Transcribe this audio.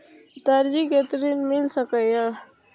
दर्जी कै ऋण मिल सके ये?